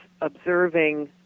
observing